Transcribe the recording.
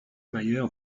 mayer